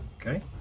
okay